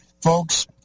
folks